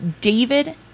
David